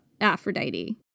Aphrodite